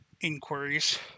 inquiries